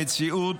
המציאות